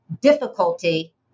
difficulty